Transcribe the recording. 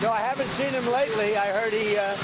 i haven't seen him lately. i heard he